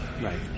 Right